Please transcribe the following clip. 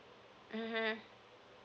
mmhmm